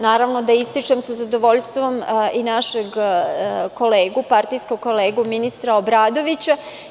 Naravno, ističem sa zadovoljstvom i našeg partijskog kolegu, ministra Obradovića.